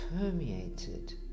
permeated